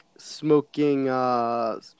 Smoking